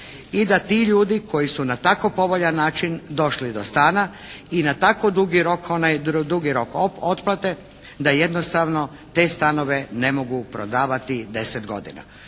i da ti ljudi koji su na tako povoljan način došli do stana i na tako dugi rok, dugi rok otplate da jednostavno te stanove ne mogu prodavati 10 godina.